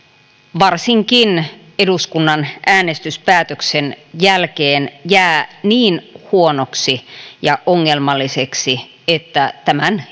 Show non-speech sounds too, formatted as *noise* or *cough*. varsinkin eduskunnan äänestyspäätöksen jälkeen jää niin huonoksi ja ongelmalliseksi että tämän *unintelligible*